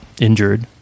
injured